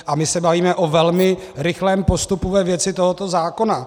A my se bavíme o velmi rychlém postupu ve věci tohoto zákona.